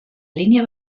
línia